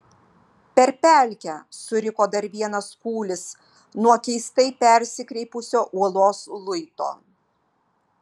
per pelkę suriko dar vienas kūlis nuo keistai persikreipusio uolos luito